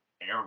air